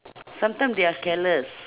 sometimes they are careless